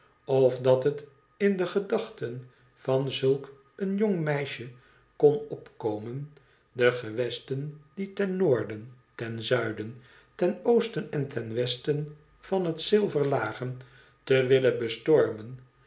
of dat het in de gedachten van zulk een jong meisje kon opkomen de gewesten die ten noorden ten zuiden ten oosten en ten westen van het zilver lagen te willen bestormen